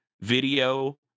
video